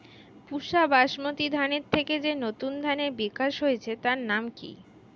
পুসা বাসমতি ধানের থেকে যে নতুন ধানের বিকাশ হয়েছে তার নাম কি?